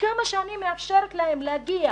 כמה שאני מאפשרת להן להגיע,